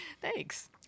Thanks